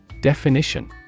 DEFINITION